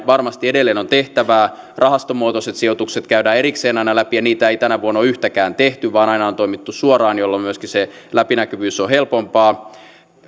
varmasti edelleen on tehtävää rahastomuotoiset sijoitukset käydään erikseen aina läpi ja niitä ei tänä vuonna ole yhtäkään tehty vaan aina on toimittu suoraan jolloin myöskin se läpinäkyvyys on helpompaa